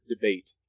debate